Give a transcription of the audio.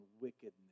wickedness